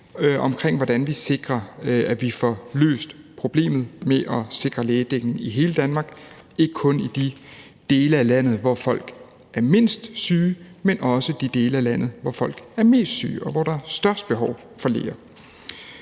om, hvordan vi sikrer, at vi får løst problemet og sikret lægedækning i hele Danmark, ikke kun i de dele af landet, hvor folk er mindst syge, men også i de dele af landet, hvor folk er mest syge, og hvor der er størst behov for læger.